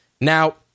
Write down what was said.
Now